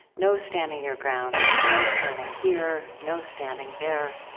no standing your ground, no standing here, no standing there,